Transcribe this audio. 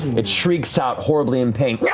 it shrieks out horribly in pain yeah